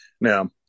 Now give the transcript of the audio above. Now